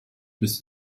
biss